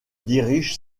dirige